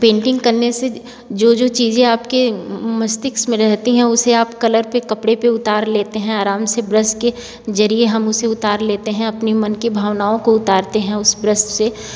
painting करने से जो जो चीज़ें आपके मस्तिष्क में रहती हैं उसे आप कलर पर कपड़े पर उतार लेते हैं आराम से ब्रश के ज़रिये हम उसे उतार लेते हैं अपनी मन की भावनाओं को उतारते हैं उस ब्रश से